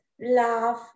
love